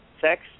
sex